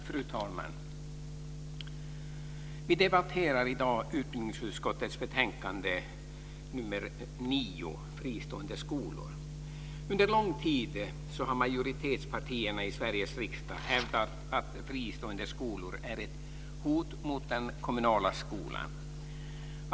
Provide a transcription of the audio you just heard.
Fru talman! Vi debatterar i dag utbildningsutskottets betänkande, UbU9, Fristående skolor. Under lång tid har majoritetspartierna i Sveriges riksdag hävdat att fristående skolor är ett hot mot den kommunala skolan.